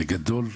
זה בגדול,